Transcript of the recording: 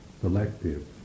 selective